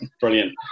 brilliant